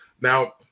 Now